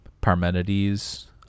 Parmenides